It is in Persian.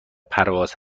پرواز